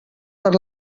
per